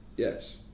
Yes